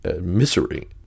misery